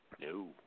No